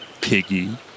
piggy